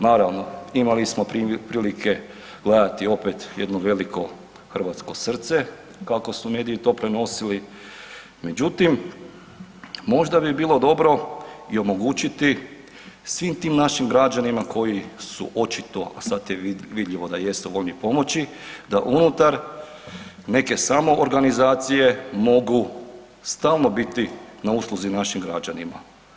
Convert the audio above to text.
Naravno imali smo prilike gledati opet jedno veliko hrvatsko srce kako su mediji to prenosili, međutim možda bi bilo dobro i omogućiti svim tim našim građanima koji su očito, sad je vidljivo da jesu voljni pomoći, da unutar neke samoorganizacije mogu stalno biti na usluzi našim građanima.